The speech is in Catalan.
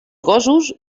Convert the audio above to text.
gossos